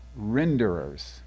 renderers